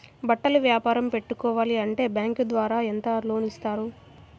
బట్టలు వ్యాపారం పెట్టుకోవాలి అంటే బ్యాంకు ద్వారా ఎంత లోన్ ఇస్తారు?